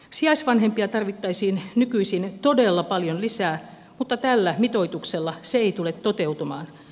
sijaisvanhempia tarvittaisiin nykyisin todella paljon lisää mutta tällä mitoituksella se ei tule toteutumaan